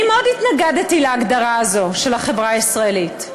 אני מאוד התנגדתי להגדרה הזאת של החברה הישראלית.